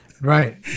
right